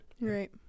Right